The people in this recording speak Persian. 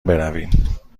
برویم